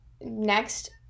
next